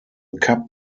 cup